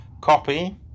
Copy